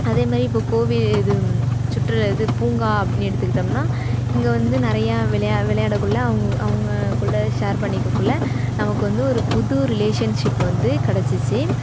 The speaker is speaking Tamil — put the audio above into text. அதேமாரி இப்போ கோவில் இது சுற்று இது பூங்கா அப்படின்னு எடுத்துக்கிட்டோம்னால் இங்கே வந்து நிறையா விளையா விளையாடக்குள்ள அவங்க அவங்கக்குள்ள ஷேர் பண்ணிக்கக்குள்ள நமக்கு வந்து ஒரு புது ரிலேஷன்ஷிப் வந்து கிடச்சிச்சி